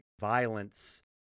violence